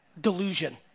Delusion